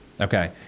Okay